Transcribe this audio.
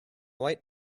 white